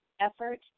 effort